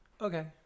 Okay